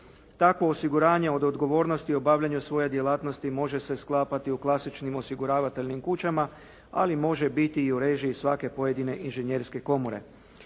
Takvo osiguranje od odgovornosti u obavljanju svoje djelatnosti može se sklapati u klasičnim osiguravateljnim kućama, ali može biti i u režiji svake pojedine inženjerske komore.